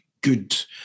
good